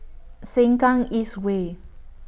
Sengkang East Way